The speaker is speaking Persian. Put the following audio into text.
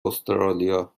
استرالیا